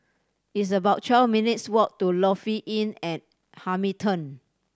it's about twelve minutes' walk to Lofi Inn at Hamilton